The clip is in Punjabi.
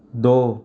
ਦੋ